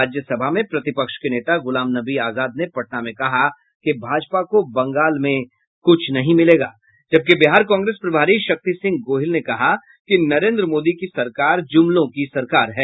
राज्य सभा में प्रतिपक्ष के नेता गुलाम नबी आजाद ने पटना में कहा कि भाजपा को बंगाल में कुछ नहीं मिलेगा जबकि बिहार कांग्रेस प्रभारी शक्ति सिंह गोहिल ने कहा कि नरेन्द्र मोदी की सरकार जुमलों की सरकार है